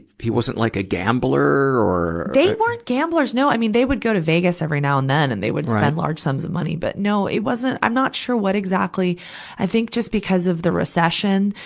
he wasn't like a gambler or christina they weren't gamblers, no. i mean, they would go to vegas every now and then, and they would spend large sums of money. but no, it wasn't, i'm not sure what exactly i think just because of the recession,